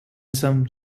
some